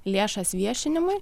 lėšas viešinimui